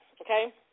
okay